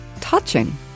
touching